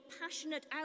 passionate